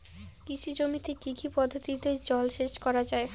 কৃষি জমিতে কি কি পদ্ধতিতে জলসেচ করা য়ায়?